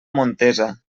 montesa